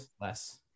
less